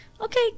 okay